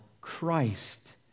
Christ